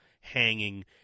hanging